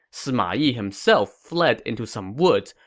sima yi himself fled into some woods,